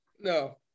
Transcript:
No